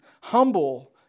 humble